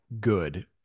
good